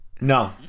No